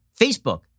Facebook